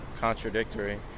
Contradictory